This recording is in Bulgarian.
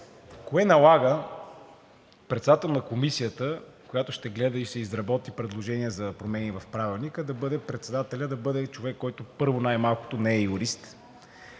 кое налага председател на Комисията, която ще гледа и ще изработи предложение за промени в Правилника, да бъде човек, който, първо, най-малкото не е юрист,